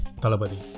Talabadi